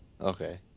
Okay